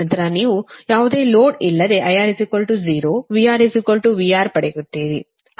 ನಂತರ ನೀವು ಯಾವುದೇ ಲೋಡ್ ಇಲ್ಲದೆIR 0 VR VR ಪಡೆಯುತ್ತೀರಿ